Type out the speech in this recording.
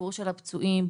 ביקור הפצועים,